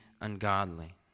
ungodly